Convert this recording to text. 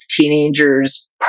teenagers